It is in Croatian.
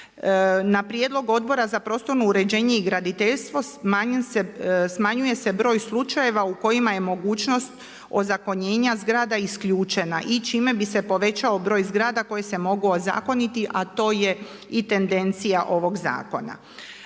Na prijedlog Odbora za prostorno uređenje i graditeljstvo smanjuje se broj slučajeva u kojima je mogućnost ozakonjenja zgrada isključena i čime bi se povećao broj zgrada koji se mogu ozakoniti, a to je i tendencija ovog zakona.